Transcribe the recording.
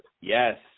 Yes